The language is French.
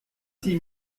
six